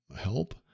help